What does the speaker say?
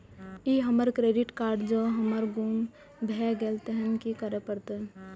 ई हमर credit card जौं हमर गुम भ गेल तहन की करे परतै?